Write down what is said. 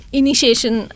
initiation